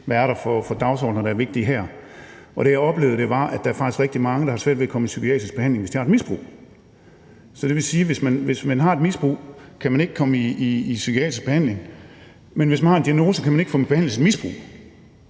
hvad det er for dagsordener, der er vigtige her. Det, jeg oplevede, var, at der faktisk er rigtig mange, der har svært ved at komme i psykiatrisk behandling, hvis de har et misbrug. Det vil sige, at hvis man har et misbrug, kan man ikke komme i psykiatrisk behandling, men hvis man har en diagnose, kan man ikke få behandlet sit misbrug.